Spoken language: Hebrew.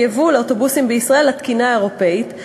לייבוא אוטובוסים בישראל לתקינה האירופית,